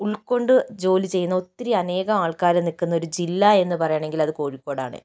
ഉൾകൊണ്ട് ജോലി ചെയ്യുന്ന ഒത്തിരി അനേകം ആൾക്കാര് നിൽക്കുന്ന ഒരു ജില്ല എന്ന് പറയണമെങ്കിൽ അത് കോഴിക്കോടാണ്